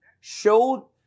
showed